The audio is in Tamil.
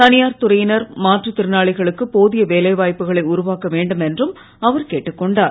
தனியார் துறையினர் மாற்றுத் திறனாளிகளுக்குப் போதிய வேலைவாய்ப்புகளை உருவாக்க வேண்டும் என்றும் அவர் கேட்டுக் கொண்டார்